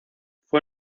fue